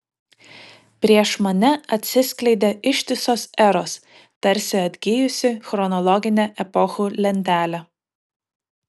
prieš mane atsiskleidė ištisos eros tarsi atgijusi chronologinė epochų lentelė